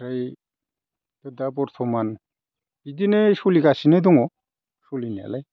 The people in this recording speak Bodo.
ओमफ्राय दा बर्थमान बिदिनो सोलिगासिनो दङ सोलिनायालाय